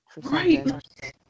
right